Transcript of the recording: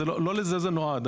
לא לזה זה נועד,